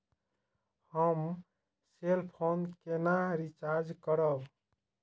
हम cell phone केना recharge करब?